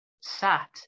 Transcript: sat